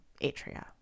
Atria